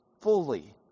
fully